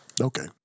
okay